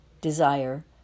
desire